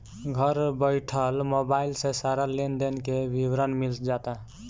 घर बइठल मोबाइल से सारा लेन देन के विवरण मिल जाता